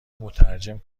مترجم